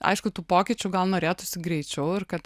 aišku tų pokyčių gal norėtųsi greičiau ir kad